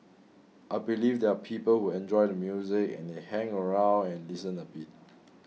I believe there are people who enjoy the music and they hang around and listen a bit